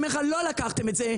אני אומר לך שלא לקחתם את זה.